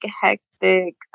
Hectic